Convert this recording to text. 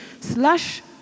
slash